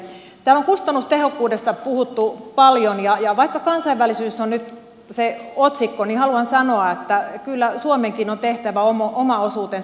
täällä on kustannustehokkuudesta puhuttu paljon ja vaikka kansainvälisyys on nyt otsikko haluan sanoa että kyllä suomenkin on tehtävä oma osuutensa